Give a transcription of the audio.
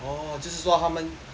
oh 就是说他们